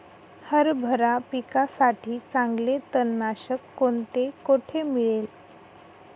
हरभरा पिकासाठी चांगले तणनाशक कोणते, कोठे मिळेल?